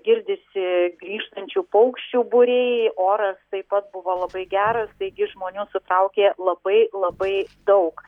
girdisi grįžtančių paukščių būriai oras taip pat buvo labai geras taigi žmonių sutraukė labai labai daug